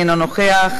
אינו נוכח,